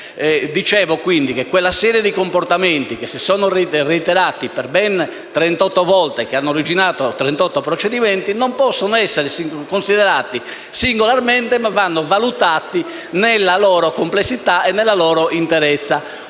Dicevo quindi che quella serie di comportamenti, che si sono reiterati per ben trentotto volte e che hanno originato trentotto procedimenti, non possono essere considerati singolarmente, ma vanno valutati nella loro complessità e nella loro interezza,